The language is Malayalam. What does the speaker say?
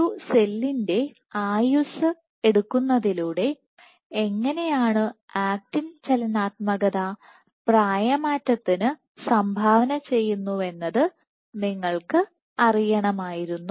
ഒരു സെല്ലിൻറെ ആയുസ്സ് എടുക്കുന്നതിലൂടെ എങ്ങനെയാണ് ആക്റ്റിൻ ചലനാത്മകത പ്രായമാറ്റത്തിന് സംഭാവന ചെയ്യുന്നുവെന്നത് നിങ്ങൾക്ക് അറിയണമായിരുന്നു